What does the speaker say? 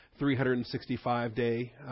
365-day